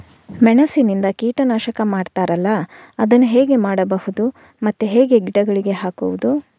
ಮೆಣಸಿನಿಂದ ಕೀಟನಾಶಕ ಮಾಡ್ತಾರಲ್ಲ, ಅದನ್ನು ಹೇಗೆ ಮಾಡಬಹುದು ಮತ್ತೆ ಹೇಗೆ ಗಿಡಗಳಿಗೆ ಹಾಕುವುದು?